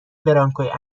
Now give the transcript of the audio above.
برانکوی